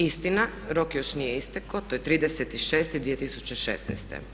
Istina, rok još nije istekao, to je 30.6.2016.